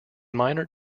minor